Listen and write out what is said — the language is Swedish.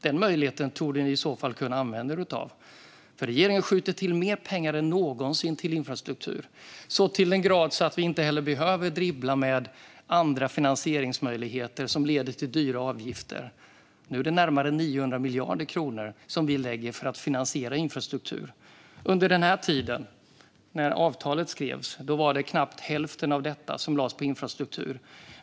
Den möjligheten torde ni i så fall kunna använda er av. Regeringen skjuter nämligen till mer pengar än någonsin till infrastruktur, så till den grad att vi inte behöver dribbla med andra finansieringsmöjligheter som leder till dyra avgifter. Nu lägger vi närmare 900 miljarder kronor på att finansiera infrastruktur. Under den tid när avtalet skrevs var det knappt hälften av detta som lades på infrastruktur.